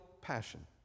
passion